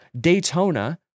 Daytona